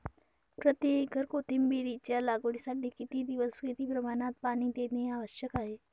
प्रति एकर कोथिंबिरीच्या लागवडीसाठी किती दिवस किती प्रमाणात पाणी देणे आवश्यक आहे?